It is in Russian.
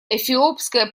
эфиопское